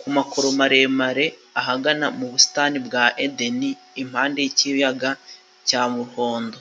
ku makoro maremare, ahagana mu busitani bwa Edeni, impande y'ikiyaga cya muhondo.